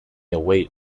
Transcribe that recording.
await